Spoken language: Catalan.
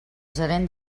gerent